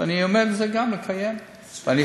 ואני עומד גם לקיים את זה, מצוין.